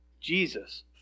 Jesus